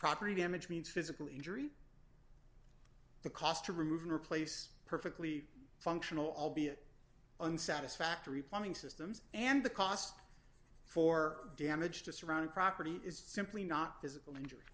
property damage means physical injury the cost to remove and replace perfectly functional albeit on satisfactory plumbing systems and the cost for damage to surrounding property is simply not physical injur